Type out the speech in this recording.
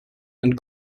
and